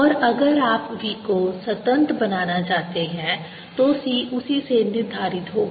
और अगर आप V को संतत बनाना चाहते हैं तो C उसी से निर्धारित होगा